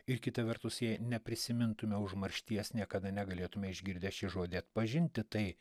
ir kita vertus jei neprisimintume užmaršties niekada negalėtume išgirdę šį žodį atpažinti tai